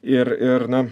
ir ir na